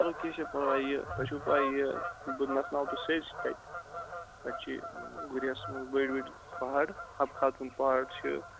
چلو کینٛہہ چھُنہٕ پرواے یہِ تۄہہِ چھو پاے یہِ بہٕ نَژناو تُہۍ سٲرسٕے تَتہِ تَتہِ چھِ گُریزَس مَنٛز بٔڑۍ بٔڑۍ پَہاڑ حَبہ خاتوٗن پہاڑ چھُ